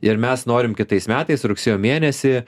ir mes norim kitais metais rugsėjo mėnesį